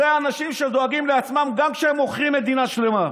אלה האנשים שדואגים לעצמם גם כשהם מוכרים מדינה שלמה.